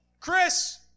Chris